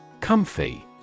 Comfy